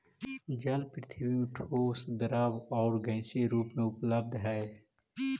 जल पृथ्वी में ठोस द्रव आउ गैसीय रूप में उपलब्ध हई